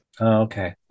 okay